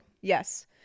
yes